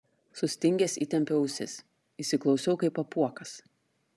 sustingęs įtempiau ausis įsiklausiau kaip apuokas